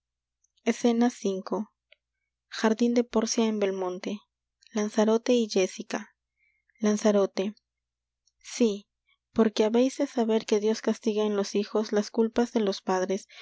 escena v jardin de pórcia en belmonte lanzarote y jéssica lanzarote sí porque habeis de saber que dios castiga en los hijos las culpas de los padres